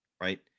right